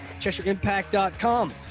CheshireImpact.com